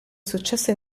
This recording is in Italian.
successo